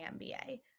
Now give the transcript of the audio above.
MBA